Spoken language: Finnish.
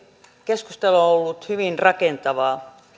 keskustelu on ollut hyvin rakentavaa